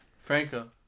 Franco